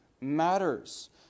matters